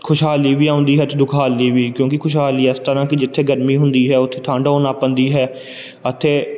ਖੁਸ਼ਹਾਲੀ ਵੀ ਆਉਂਦੀ ਹੈ ਅਤੇ ਦੁਖਹਾਲੀ ਵੀ ਕਿਉਂਕਿ ਖੁਸ਼ਹਾਲੀ ਇਸ ਤਰ੍ਹਾਂ ਕਿ ਜਿੱਥੇ ਗਰਮੀ ਹੁੰਦੀ ਹੈ ਉੱਥੇ ਠੰਡ ਹੋਣ ਲੱਗ ਪੈਂਦੀ ਹੈ ਅਤੇ